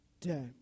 day